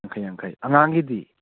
ꯌꯥꯡꯈꯩ ꯌꯥꯡꯈꯩ ꯑꯉꯥꯡꯒꯤꯗꯤ